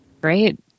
Great